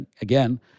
again